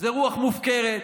רוח מופקרת,